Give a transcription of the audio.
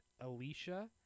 Alicia